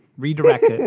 redirect